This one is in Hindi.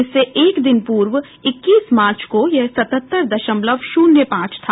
इससे एक दिन पूर्व इक्कीस मार्च को यह सतहत्तर दशमलव शून्य पांच था